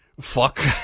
Fuck